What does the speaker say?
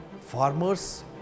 farmers